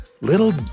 little